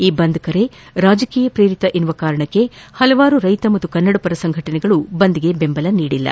ಈ ಬಂದ್ ಕರೆ ರಾಜಕೀಯ ಶ್ರೇರಿತ ಎಂಬ ಕಾರಣಕ್ಕೆ ಹಲವಾರು ರೈತ ಮತ್ತು ಕನ್ನಡಪರ ಸಂಘಟನೆಗಳು ಬಂದ್ಗೆ ಬೆಂಬಲ ನೀಡಿಲ್ಲ